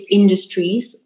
industries